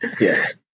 Yes